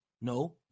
No